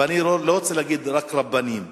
ואני לא רוצה להגיד רק רבנים.